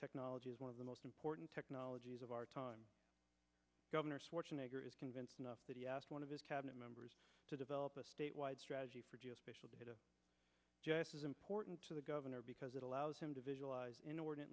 technology is one of the most important technologies of our time governor schwarzenegger is convinced enough that he asked one of his cabinet members to develop a statewide strategy just as important to the governor because it allows him to visualize inordinate